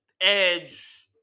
Edge